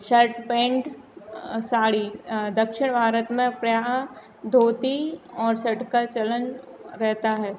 shirt pant sari दक्षिण भारत में प्रायः धोती और सर्ट का चलन रहता है